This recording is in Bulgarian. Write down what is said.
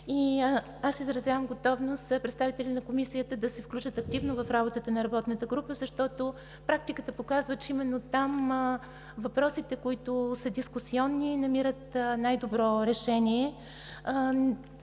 Аз изразявам готовност представители на Комисията да се включат активно в работата на работната група, защото практиката показва, че именно там въпросите, които са дискусионни, намират най-добро решение.